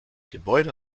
gebäude